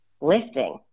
lifting